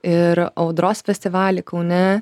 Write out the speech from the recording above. ir audros festivaly kaune